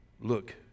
Look